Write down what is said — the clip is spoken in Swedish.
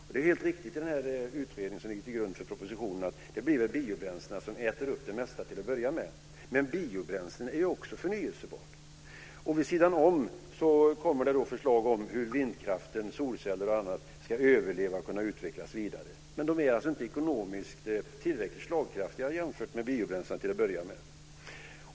Det är väl helt riktigt som sägs i den utredning som ligger till grund för propositionen att biobränslena äter upp det mesta till att börja med. Men biobränslen är ju också förnyelsebara. Vid sidan om detta kommer förslag om hur vindkraft, solceller och annat ska överleva och kunna utvecklas vidare. Ekonomiskt är de till en början inte tillräckligt slagkraftiga jämfört med biobränslena.